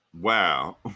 wow